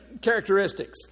characteristics